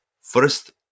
First